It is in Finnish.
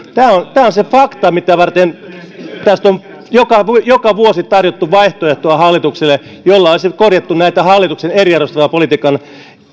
tämä on se fakta mitä varten tästä on joka joka vuosi tarjottu hallitukselle vaihtoehtoa jolla olisi korjattu näitä hallituksen eriarvoistavan politiikan